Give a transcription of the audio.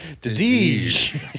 Disease